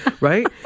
right